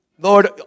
Lord